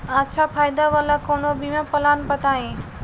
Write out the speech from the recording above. अच्छा फायदा वाला कवनो बीमा पलान बताईं?